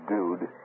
Dude